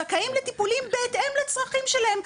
זכאים לטיפולים בהתאם לצרכים שלהם.